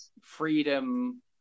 freedom